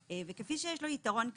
כפי שיש לו יתרון כלכלי,